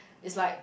it's like